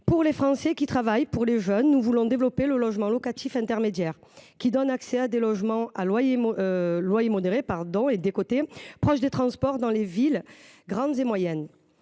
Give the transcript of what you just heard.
Pour les Français qui travaillent, pour les jeunes, nous voulons développer le logement locatif intermédiaire qui donne accès à des logements à loyers décotés proches des transports dans les villes, grandes ou moyennes.